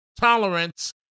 tolerance